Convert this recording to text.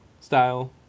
style